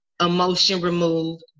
emotion-removed